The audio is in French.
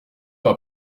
pas